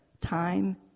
time